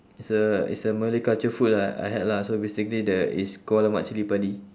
it's a it's a malay culture food lah I had lah so basically the it's called lemak cili padi